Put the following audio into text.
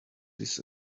this